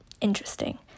interesting